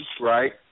right